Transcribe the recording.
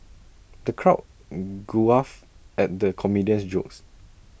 the crowd at the comedian's jokes